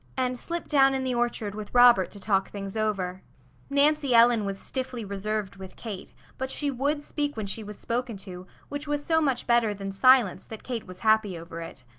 and slipped down in the orchard with robert to talk things over nancy ellen was stiffly reserved with kate, but she would speak when she was spoken to, which was so much better than silence that kate was happy over it.